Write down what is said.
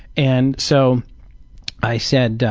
and so i said,